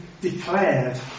declared